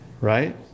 right